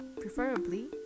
preferably